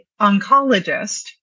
oncologist